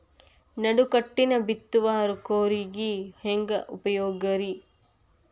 ನಡುಕಟ್ಟಿನ ಬಿತ್ತುವ ಕೂರಿಗೆ ಹೆಂಗ್ ಉಪಯೋಗ ರಿ?